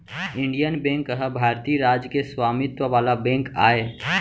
Indian bank ह भारतीय राज के स्वामित्व वाला बेंक आय